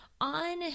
on –